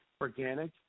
organic